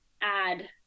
add